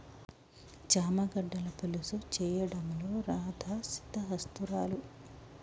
చామ గడ్డల పులుసు చేయడంలో రాధా సిద్దహస్తురాలు